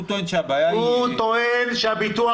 הוא טוען שהבעיה היא --- הוא טוען שהביטוח